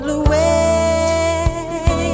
away